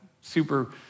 super